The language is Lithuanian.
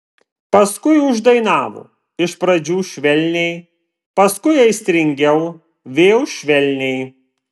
paskui uždainavo iš pradžių švelniai paskui aistringiau vėl švelniai